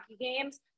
games